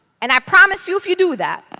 and i promise you if you do that,